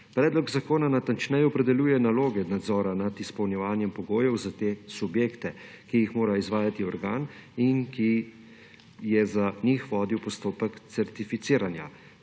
Predlog zakona natančneje opredeljuje naloge nadzora nad izpolnjevanjem pogojev za subjekte, ki jih mora izvajati organ, ki je za njih vodil postopek certificiranja.